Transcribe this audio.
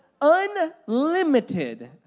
unlimited